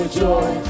joy